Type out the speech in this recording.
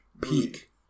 Peak